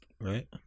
right